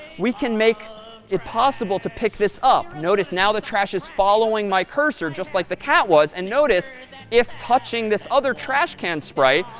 we can make it possible to pick this up. notice now the trash is following my cursor, just like the cat was. and notice if touching this other trash can sprite,